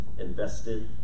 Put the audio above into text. invested